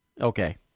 Okay